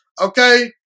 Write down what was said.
Okay